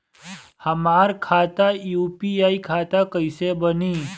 हमार खाता यू.पी.आई खाता कइसे बनी?